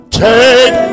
take